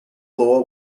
floor